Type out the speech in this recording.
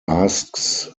asks